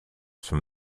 from